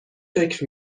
فکر